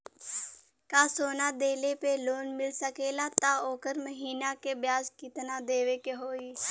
का सोना देले पे लोन मिल सकेला त ओकर महीना के ब्याज कितनादेवे के होई?